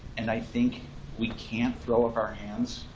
and i think we can't throw up our hands,